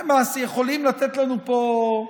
יכולים לתת לנו פה,